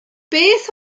beth